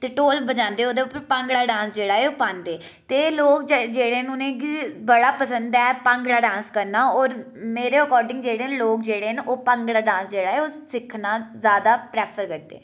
ते ढोल बजांदे ओह्दे पर भांगड़ा डांस जेह्ड़ा ऐ ओह् पांदे ते लोग जेह्ड़े न उ'नें गी बड़ा पसन्द ऐ भांगड़ा डांस करना होर मेरे अकॉर्डिंग लोग जेह्ड़े लोग जेह्ड़े न ओह् भांगड़ा डांस जेह्ड़ा ओह् सिक्खना जादा प्रेफर करदे